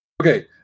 okay